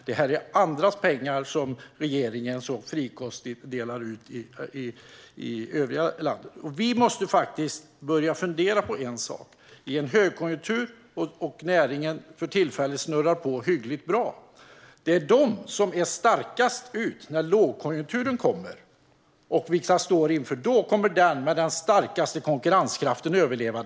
Detta är andras pengar som regeringen så frikostigt delar ut i övriga landet. Vi måste börja fundera på en sak. Det är högkonjunktur, och för tillfället snurrar näringen på hyggligt bra. När lågkonjunkturen kommer är det den med starkast konkurrenskraft som kommer att överleva.